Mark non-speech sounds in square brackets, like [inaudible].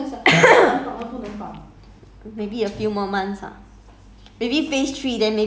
your 短 also not like my 短 [coughs]